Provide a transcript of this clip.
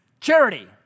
Charity